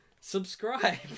subscribe